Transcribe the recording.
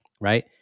right